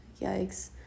yikes